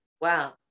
wow